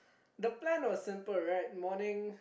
the plan was simple right morning